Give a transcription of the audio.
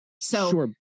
So-